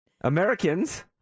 americans